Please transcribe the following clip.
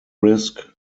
risk